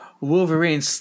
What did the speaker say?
Wolverine